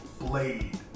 Blade